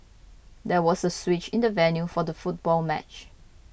there was a switch in the venue for the football match